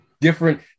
different